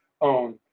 own